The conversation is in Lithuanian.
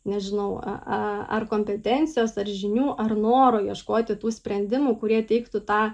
nežinau ar kompetencijos ar žinių ar noro ieškoti tų sprendimų kurie teiktų tą